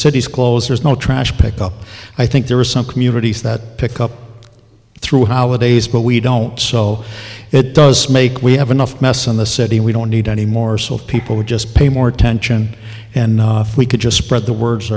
city's closers no trash pick up i think there are some communities that pick up through holidays but we don't so it does make we have enough mess in the city we don't need anymore so people would just pay more attention and if we could just spread the word